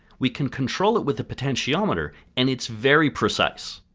we can control it with the potentiometer, and it's very precise.